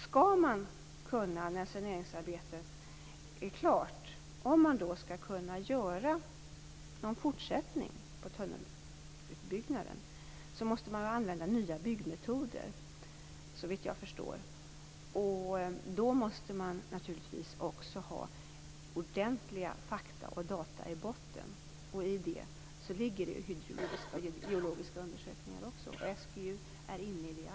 Skall man när saneringsarbetet är klart kunna bygga en fortsättning på tunneln måste man använda nya byggmetoder, såvitt jag förstår. Då måste man naturligtvis också ha ordentliga fakta och data i botten. I det ligger hydrologiska och geologiska undersökningar. SGU är inne i det arbetet.